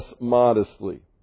modestly